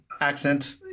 accent